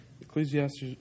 Ecclesiastes